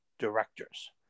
directors